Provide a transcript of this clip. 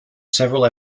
several